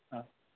ஆ